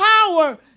power